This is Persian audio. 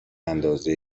اندازه